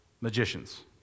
magicians